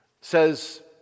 says